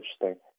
interesting